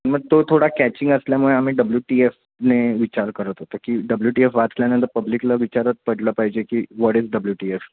मग तो थोडा कॅचिंग असल्यामुळे आम्ही ब्ल्यू टी एफने विचार करत होतो की डब्ल्यू टी एफ वाचल्यानंतर पब्लिकला विचारात पडलं पाहिजे की what is W T F